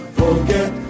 forget